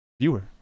viewer